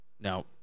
Now